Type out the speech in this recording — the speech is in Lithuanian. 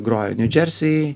grojo niu džersy